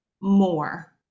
more